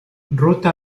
ruta